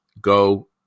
Go